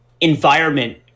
environment